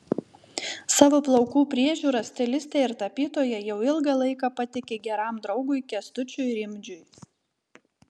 savo plaukų priežiūrą stilistė ir tapytoja jau ilgą laiką patiki geram draugui kęstučiui rimdžiui